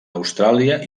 austràlia